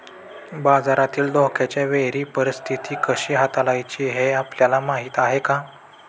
बाजारातील धोक्याच्या वेळी परीस्थिती कशी हाताळायची हे आपल्याला माहीत आहे का?